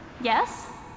Yes